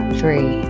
three